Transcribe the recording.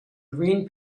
green